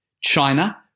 China